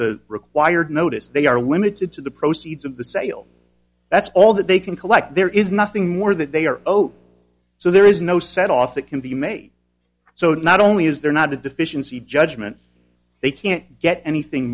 the required notice they are limited to the proceeds of the sale that's all that they can collect there is nothing more that they are zero so there is no set off that can be made so not only is there not a deficiency judgment they can't get anything